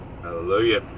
Hallelujah